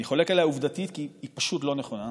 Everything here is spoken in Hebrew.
אני חולק עליה עובדתית כי היא פשוט לא נכונה,